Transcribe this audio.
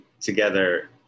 together